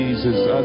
Jesus